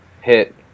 hit